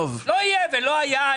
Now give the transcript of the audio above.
לא יהיה ולא היה.